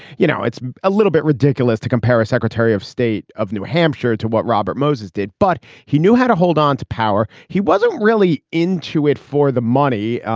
you know, it's a little bit ridiculous to compare a secretary of state of new hampshire to what robert moses did, but he knew how to hold on to power. he wasn't really into it for the money,